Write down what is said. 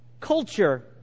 culture